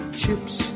chips